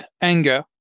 anger